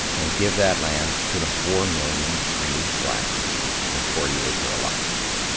and give that land to the four million freed black people in forty acre allotments.